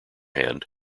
hand